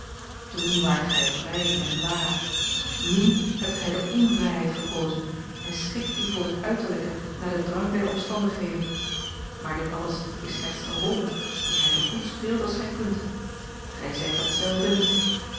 toen waart gij vrij en waar n hebt gij de onvrijheid gekozen en schikt u voor het uiterlijke naar den drang der omstandigheden maar dit alles is slechts eene rol die gij zoo goed speelt als gij kunt gij zijt dat zelve niet